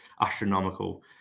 astronomical